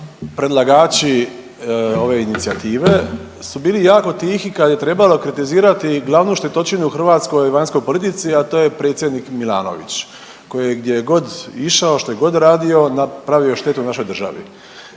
predlagači ove inicijative su bili jako tihi kad je trebalo kritizirati glavnu štetočinu u hrvatskoj vanjskoj politici, a to je predsjednik Milanović koji gdje je god išao, što je god radio napravio štetu našoj državi.